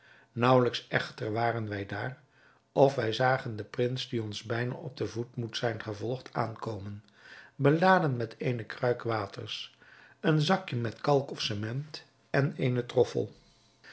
naauwelijks echter waren wij daar of wij zagen den prins die ons bijna op den voet moet zijn gevolgd aankomen beladen met eene kruik waters een zakje met kalk of cement en eenen troffel